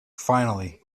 finally